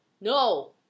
No